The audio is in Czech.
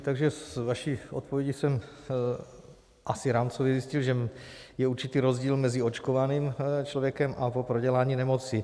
Takže z vaší odpovědi jsem asi rámcově zjistil, že je určitý rozdíl mezi očkovaným člověkem a po prodělání nemoci.